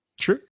True